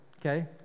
Okay